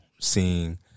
seeing